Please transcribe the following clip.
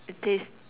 it tastes